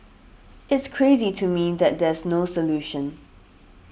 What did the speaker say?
it's crazy to me that there's no solution